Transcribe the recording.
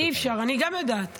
אי-אפשר, אני גם יודעת.